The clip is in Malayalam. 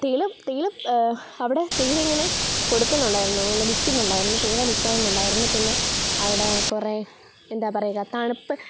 തേയില തേയില അവിടെ തേയില ഇങ്ങനെ കൊടുക്കുന്നുണ്ടായിരുന്നു അങ്ങനെ വിൽക്കുന്നുണ്ടായിരുന്നു തേയില വിൽക്കണം എന്നുണ്ടായിരുന്നു അവിടെ കുറേ എന്താണ് പറയുക തണുപ്പ്